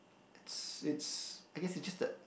it's it's I guess it's just that